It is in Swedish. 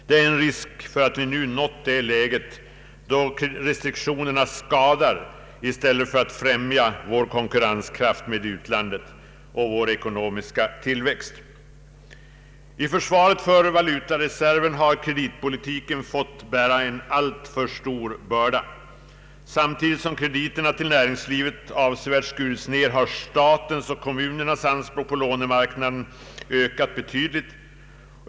Det finns risk för att vi nått det läge då restriktionerna skadar i stället för att främja vår konkurrenskraft med utlandet och vår ekonomiska tillväxt. I försvaret för valutareserven har kreditpolitiken fått bära en alltför stor börda. Samtidigt som krediterna till näringslivet avsevärt skurits ned har statens och kommunernas anspråk på lånemarknaden ökat betydligt.